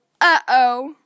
Uh-oh